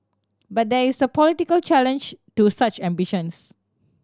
but there is a political challenge to such ambitions